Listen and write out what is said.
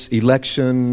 election